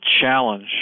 challenge